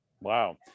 wow